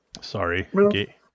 Sorry